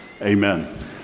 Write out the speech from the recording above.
Amen